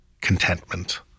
contentment